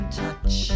touch